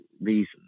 reasons